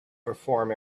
perform